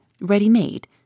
ready-made